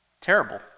Terrible